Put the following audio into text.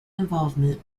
involvement